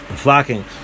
Flocking